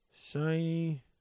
Shiny